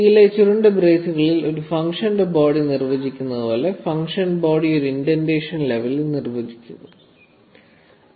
സിയിലെ ചുരുണ്ട ബ്രേസുകളിൽ ഒരു ഫംഗ്ഷന്റെ ബോഡി നിർവ്വചിച്ചിരിക്കുന്നതുപോലെ ഫംഗ്ഷൻ ബോഡി ഒരു ഇൻഡന്റേഷൻ ലെവലിൽ നിർവചിക്കപ്പെടുന്നു